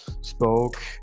spoke